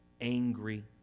angry